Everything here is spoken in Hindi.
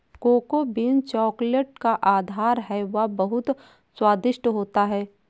कोको बीन्स चॉकलेट का आधार है वह बहुत स्वादिष्ट होता है